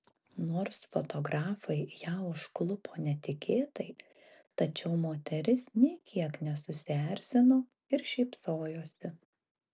nors fotografai ją užklupo netikėtai tačiau moteris nė kiek nesusierzino ir šypsojosi